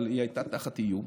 אבל היא הייתה תחת איום.